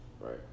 right